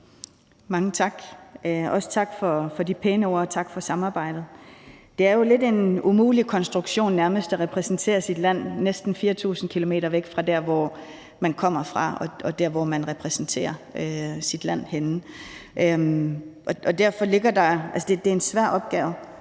Mange tak, også tak for de pæne ord og tak for samarbejdet. Det er jo nærmest en lidt umulig konstruktion at repræsentere sit land næsten 4.000 km væk fra der, hvor man kommer fra, og der, hvor man repræsenterer sit land. Altså, det er en svær opgave,